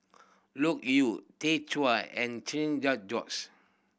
Loke Yew Tay Chua and